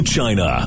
China